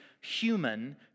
human